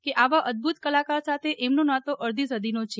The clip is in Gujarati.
કે આવા અદભુત કલાકાર સાથે એમનો નાતો અડધી સદીનો છે